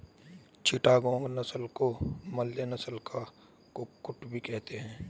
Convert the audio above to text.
चिटागोंग नस्ल को मलय नस्ल का कुक्कुट भी कहते हैं